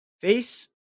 Face